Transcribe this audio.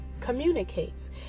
communicates